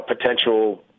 potential